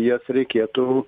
jas reikėtų